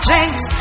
James